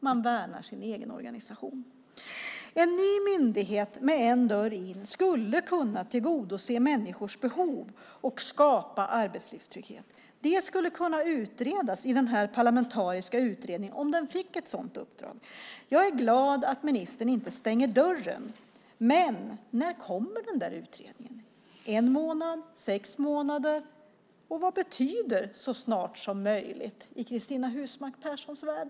Man värnar sin egen organisation. En ny myndighet med en dörr in skulle kunna tillgodose människors behov och skapa arbetslivstrygghet. Det skulle kunna utredas i den parlamentariska utredningen om den fick ett sådant uppdrag. Jag är glad att ministern inte stänger dörren, men när kommer utredningen? Kommer den om en månad eller sex månader? Vad betyder så snart som möjligt i Cristina Husmark Pehrssons värld?